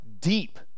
deep